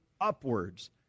upwards